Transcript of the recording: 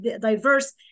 diverse